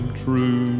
True